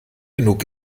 genug